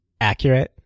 accurate